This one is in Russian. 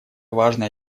важная